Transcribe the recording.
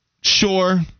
sure